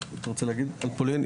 אתה רוצה להגיד על פולין?